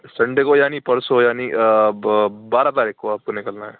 Sunday کو یعنی پرسوں یعنی بارہ تاریخ کو آپ کو نکلنا ہے